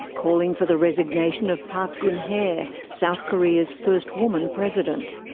calling for the resignation of park geun-hye, south korea's first woman president.